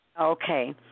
Okay